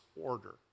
order